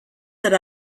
that